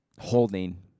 Holding